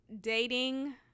dating